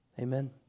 Amen